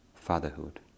fatherhood